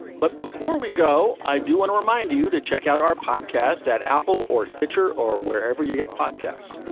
but before we go, i do want to remind you to check out our podcast at apple or stitcher or wherever you get podcasts.